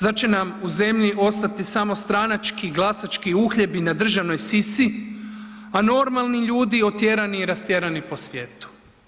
Zar će nam u zemlji ostati samo stranački glasački uhljebi na državnoj sisi, a normalni ljudi otjerani i rastjerani po svijetu?